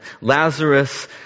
Lazarus